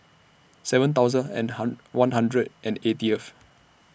seven thousand and one hundred and eightieth